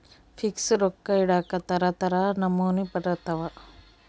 fix ರೊಕ್ಕ ಇಡಾಕ ತರ ತರ ನಮೂನಿ ಬರತವ